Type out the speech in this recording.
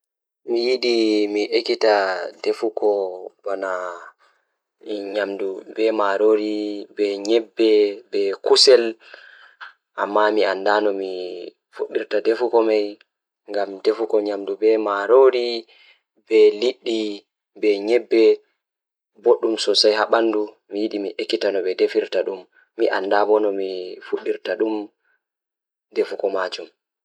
Ko ina heɗɗi mi yiɗi miɗo waɗde njoɓdi baafal goɗɗoɗi leydi maaɗi ɗiɗo, tawa mi alaa nguurndam nder njobdi ɗe. Ina faala mi haɗiɗi njoɓdi ɗuum e waɗde tamma, njogoto, e nguuɗirɗe ɗi waɗata feɗɗi e mbayru maɓɓe.